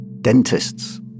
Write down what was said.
Dentists